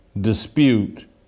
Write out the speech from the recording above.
dispute